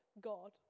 God